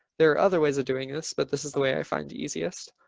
there are other ways of doing this, but this is the way i find the easiest.